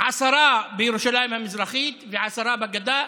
עשרה בירושלים המזרחית ועשרה בגדה,